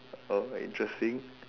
oh interesting